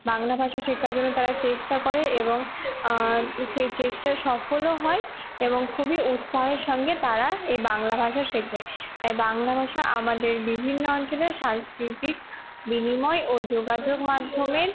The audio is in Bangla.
বাংলা ভাষা শেখার জন্য তারা চেষ্টা করে এবং সেই চেষ্টা সফলও হয় এবং খুবই উৎসাহের সঙ্গে তারা এই বাংলা ভাষা শেখে তাই বাংলা ভাষা আমাদের বিভিন্ন অঞ্চলের সাংস্কৃতিক বিনিময় ও যোগাযোগ মাধ্যমের